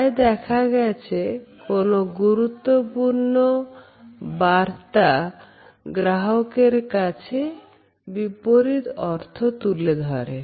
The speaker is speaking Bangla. প্রায় দেখা গেছে কোন গুরুত্বপূর্ণ বার্তা গ্রাহকের কাছে বিপরীত অর্থ তুলে ধরে